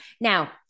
Now